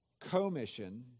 commission